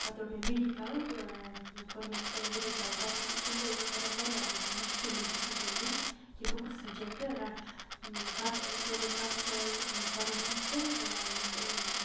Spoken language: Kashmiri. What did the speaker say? پَتہٕ روٚٹ مےٚ مٮ۪ڈِکَلٕکۍ کوٚر مےٚ مٮ۪ڈِکَل پَتہٕ تمہِ دۄہ اوس واریاہ واریاہ مان ژٕ مُشکل مےٚ ڈِسِجَن نیُن کہِ بہٕ کُس سَبجَکٹ رَٹہٕ پَتہٕ کٔر مےٚ کَںسَلٹ پَنُن ٹیٖچَر یُس